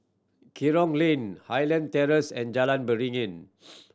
Kerong Lane Highland Terrace and Jalan Beringin